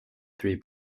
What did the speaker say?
three